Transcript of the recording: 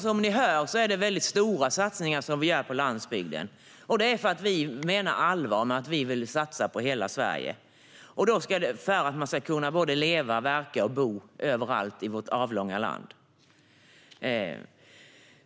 Som ni hör gör vi stora satsningar på landsbygden, och vi gör dem för att vi menar allvar med att man ska kunna leva, verka och bo överallt i vårt avlånga land.